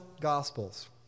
Gospels